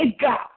God